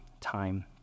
time